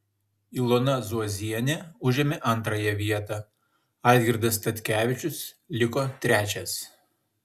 ilona zuozienė užėmė antrąją vietą algirdas statkevičius liko trečias